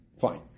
Fine